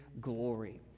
glory